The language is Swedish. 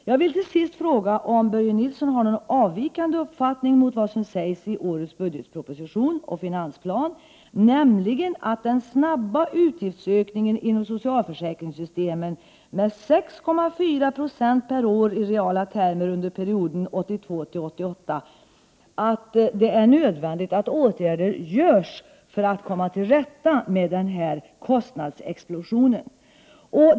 Till sist vill jag fråga om Börje Nilsson har någon avvikande uppfattning i förhållande till vad som sägs i årets budgetproposition och finansplan om att det är nödvändigt att åtgärder vidtas för att man skall komma till rätta med kostnadsexplosionen. Under perioden 1982-1988 har utgiftsökningen inom socialförsäkringssystemet i reala termer varit 6,4 Jo per år.